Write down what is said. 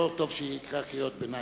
לא טוב שיקרא קריאות ביניים.